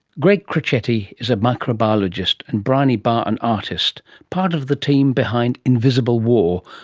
greg crocetti is a microbiologist, and briony barr an artist, part of the team behind invisible war,